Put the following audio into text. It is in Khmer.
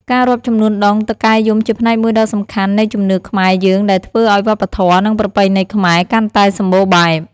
ការរាប់ចំនួនដងតុកែយំជាផ្នែកមួយដ៏សំខាន់នៃជំនឿខ្មែរយើងដែលធ្វើឲ្យវប្បធម៌ និងប្រពៃណីខ្មែរកាន់តែសម្បូរបែប។